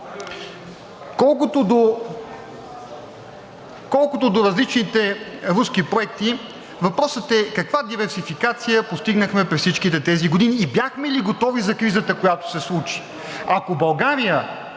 колкото до различните руски проекти, въпросът е каква диверсификация постигнахме през всичките тези години и бяхме ли готови за кризата, която се случи.